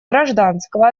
гражданского